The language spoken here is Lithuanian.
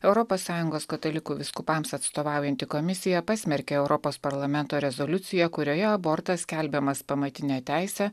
europos sąjungos katalikų vyskupams atstovaujanti komisija pasmerkė europos parlamento rezoliuciją kurioje abortas skelbiamas pamatine teise